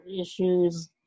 issues